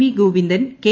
V Govindan K